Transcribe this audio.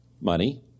Money